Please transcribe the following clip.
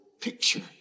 picture